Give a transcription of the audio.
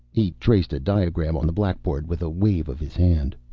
he traced a diagram on the blackboard with a wave of his hand.